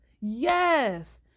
Yes